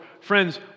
Friends